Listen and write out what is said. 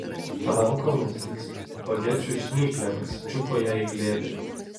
rankomis lyg spagečių žnyplėmis čiupo ją į glėbį